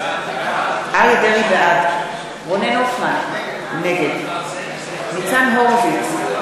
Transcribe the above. בעד רונן הופמן, נגד ניצן הורוביץ,